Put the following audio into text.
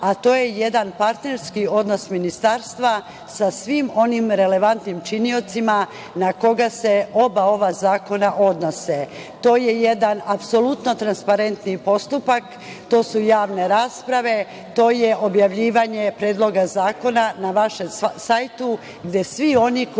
a to je jedan partnerski odnos ministarstva sa svim onim relevantnim činiocima na koga se oba ova zakona odnose. To je jedan apsolutno transparenti postupak, to su javne rasprave, to je objavljivanje predloga zakona na vašem sajtu, gde svi oni koji